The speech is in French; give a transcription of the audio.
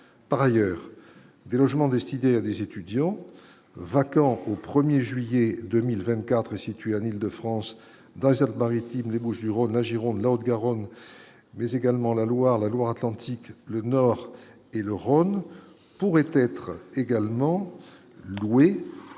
par ailleurs des logements destinés à des étudiants vacants au 1er juillet 2024 et situé en Île-de-France, dans cette maritime des Bouches-du-Rhône agiront de la Haute-Garonne, mais également la Loire la Loire Atlantique, le Nord et le Rhône, pourrait être également loué